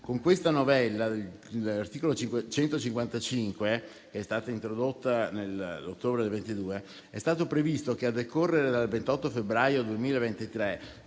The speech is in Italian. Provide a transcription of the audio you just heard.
Con questa novella dell'articolo 155, introdotta nell'ottobre 2022, è stato previsto che, a decorrere dal 28 febbraio 2023,